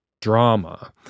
drama